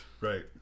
Right